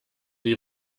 die